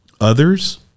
others